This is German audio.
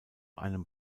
einem